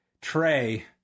Trey